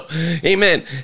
amen